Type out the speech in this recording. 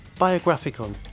Biographicon